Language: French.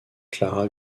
clara